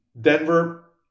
Denver